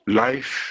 life